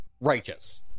righteous